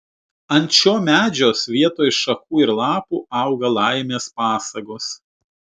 ant šio medžios vietoj šakų ir lapų auga laimės pasagos